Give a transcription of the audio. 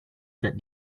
that